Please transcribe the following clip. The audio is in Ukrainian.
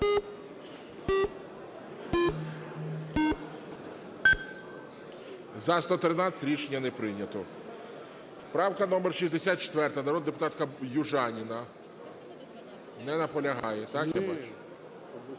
За-113 Рішення не прийнято. Правка номер 64, народна депутатка Южаніна. Не наполягає, так, я бачу.